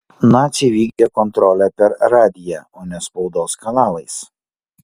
naciai vykdė kontrolę per radiją o ne spaudos kanalais